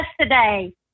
today